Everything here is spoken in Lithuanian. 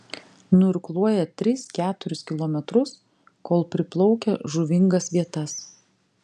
nuirkluoja tris keturis kilometrus kol priplaukia žuvingas vietas